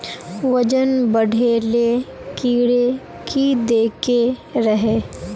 वजन बढे ले कीड़े की देके रहे?